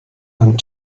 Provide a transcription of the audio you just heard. and